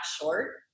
short